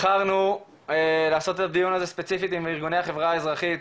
בחרנו לעשות את הדיון הזה ספציפית עם ארגוני החברה האזרחית,